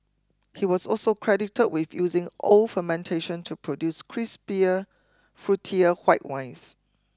he was also credited with using old fermentation to produce crispier fruitier white wines